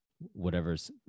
whatever's